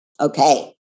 Okay